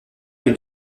une